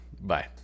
Bye